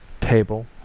table